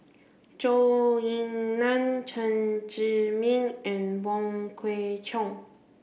Zhou Ying Nan Chen Zhiming and Wong Kwei Cheong